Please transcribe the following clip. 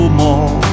more